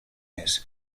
his